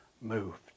moved